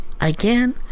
Again